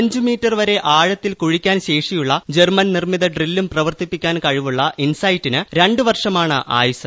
അഞ്ച് മീറ്റർ വരെ ആഴത്തിൽ കുഴിക്കാൻ ശേഷിയുള്ള ജർമ്മൻ നിർമ്മിത ഡ്രില്ലും പ്രവർത്തിപ്പിക്കാൻ കഴിവുള്ള ഇൻസൈറ്റിന് രണ്ട് വർഷമാണ് ആയുസ്സ്